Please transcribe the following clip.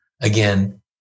again